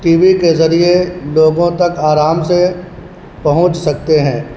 T V کے ذریعے لوگوں تک آرام سے پہنچ سکتے ہیں